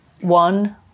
one